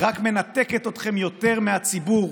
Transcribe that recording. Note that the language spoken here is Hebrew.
רק מנתקת אתכם יותר מהציבור,